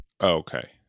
Okay